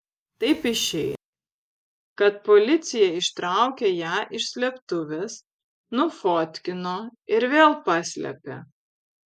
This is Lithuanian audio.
taip išeina kad policija ištraukė ją iš slėptuvės nufotkino ir vėl paslėpė